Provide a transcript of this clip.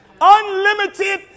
unlimited